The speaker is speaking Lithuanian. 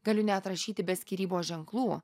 galiu net rašyti be skyrybos ženklų